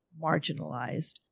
marginalized